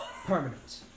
Permanent